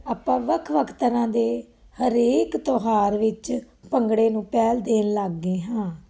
ਆਪਾਂ ਵੱਖ ਵੱਖ ਤਰ੍ਹਾਂ ਦੇ ਹਰੇਕ ਤਿਉਹਾਰ ਵਿੱਚ ਭੰਗੜੇ ਨੂੰ ਪਹਿਲ ਦੇਣ ਲੱਗ ਗਏ ਹਾਂ